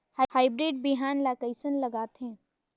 Hybrid बिहान ला कइसन लगाथे?